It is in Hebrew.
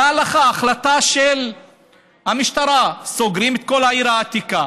באה לך החלטה של המשטרה: סוגרים את כל העיר העתיקה.